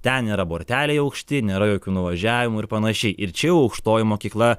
ten yra borteliai aukšti nėra jokių nuvažiavimų ir panašiai ir čia jau aukštoji mokykla